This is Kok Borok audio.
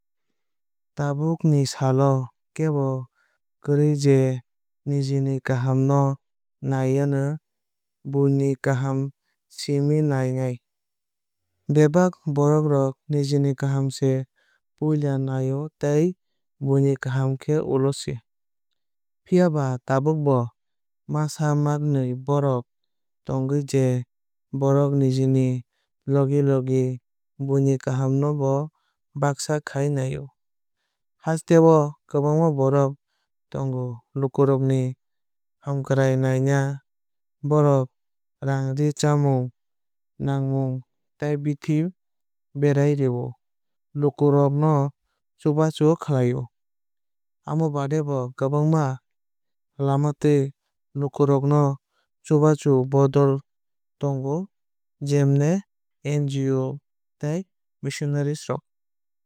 Tabuk ni sal o kebo kwrwui je nijini kaham no naiyawui buini kaham simi nainai. Bebak borok rok nijini kaham se piula nai o tei buini kaham khe ulo se. Phiaba tabuk bo masa maknwui borok tongo je borok nijini logi logi buini kaham no bo bagsa khai naio. Hasteo kwbangma borok tongo lukurokni hamkrai nainai. Borok raang ree chamung nwngmung tei bithi berai rwui lukurok no chubachu khlai o. Amo baade bo kwbangma lamatwui lukurok no chbanai bodol tongo jemo NGO tei missionary.